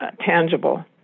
tangible